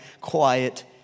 quiet